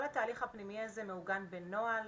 כל התהליך הפנימי הזה מעוגן בנוהל,